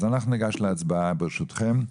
אז אנחנו ניגש להצבעה, ברשותכם.